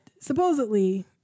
supposedly